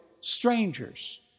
strangers